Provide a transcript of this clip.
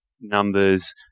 numbers